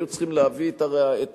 הם היו צריכים להביא את הראיות.